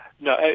no